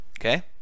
Okay